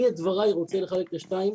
אני את דברי רוצה לחלק לשניים.